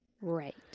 Right